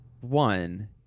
One